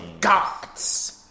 Gods